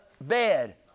bed